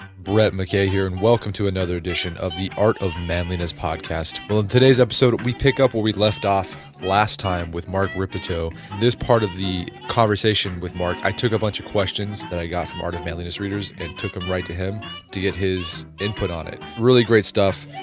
brett mckay here, and welcome to another edition of the art of manliness podcast. in today's episode, we pick up where we left off last time with mark rippetoe. in this part of the conversation with mark, i took a bunch of questions that i got from art of manliness readers and took them right to him to get his input on it. really great stuff,